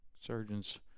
Surgeon's